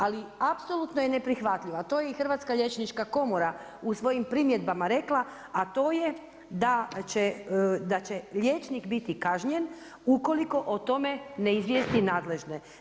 Ali, apsolutno je neprihvatljiva to je i Hrvatska liječnička komora u svojim primjedba rekla, da to je da će liječnik biti kažnjen ako o tome ne izvijesti nadležne.